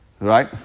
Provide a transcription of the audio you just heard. Right